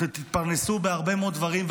אתם תתפרנסו בהרבה מאוד דברים,